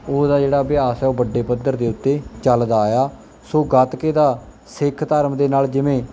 ਉਹਦਾ ਜਿਹੜਾ ਅਭਿਆਸ ਹੈ ਉਹ ਵੱਡੇ ਪੱਧਰ ਦੇ ਉੱਤੇ ਚੱਲਦਾ ਆਇਆ ਸੋ ਗੱਤਕੇ ਦਾ ਸਿੱਖ ਧਰਮ ਦੇ ਨਾਲ ਜਿਵੇਂ